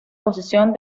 posición